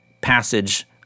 passage